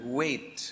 wait